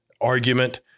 argument